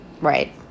Right